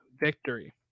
victory